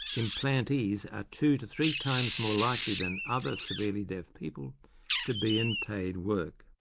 implantees are two to three times more likely than other severely deaf people to be in paid work.